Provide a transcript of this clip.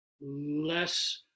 less